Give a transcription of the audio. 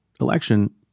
election